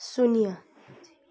शून्य